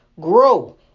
Grow